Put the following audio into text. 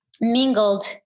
mingled